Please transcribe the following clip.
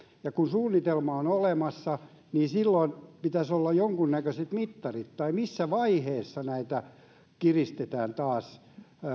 kun suunnitelma on olemassa niin silloin pitäisi olla jonkunnäköiset mittarit missä vaiheessa kiristetään taas